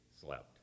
slept